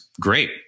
Great